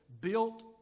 built